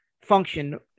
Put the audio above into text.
function